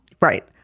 Right